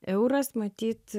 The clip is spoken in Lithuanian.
euras matyt